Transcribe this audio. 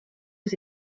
aux